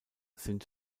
sind